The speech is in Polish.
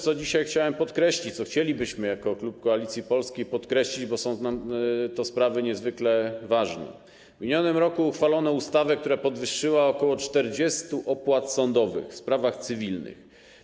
Co dzisiaj chciałem podkreślić i co chcielibyśmy podkreślić jako klub Koalicji Polskiej, bo są to sprawy niezwykle ważne - w minionym roku uchwalono ustawę, która podwyższyła ok. 40 opłat sądowych w sprawach cywilnych.